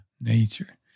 nature